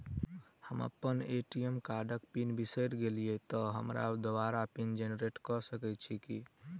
हम अप्पन ए.टी.एम कार्डक पिन बिसैर गेलियै तऽ हमरा दोबारा पिन जेनरेट कऽ सकैत छी की?